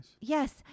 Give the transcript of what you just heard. Yes